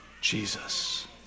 Jesus